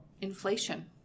inflation